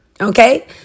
okay